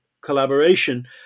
collaboration